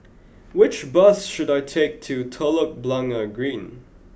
which bus should I take to Telok Blangah Green